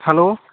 hello